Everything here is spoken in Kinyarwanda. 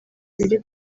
iri